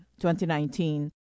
2019